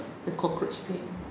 the cockroach thing